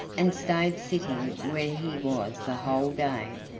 and stayed sitting where he was the whole day,